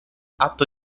atto